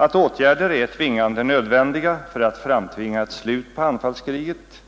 Att åtgärder är tvingande nödvändiga för att framtvinga ett slut på anfallskriget